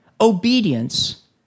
obedience